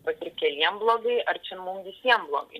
vat ir keliem blogai ar čia mum visiem blogai